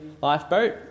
lifeboat